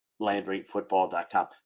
LandryFootball.com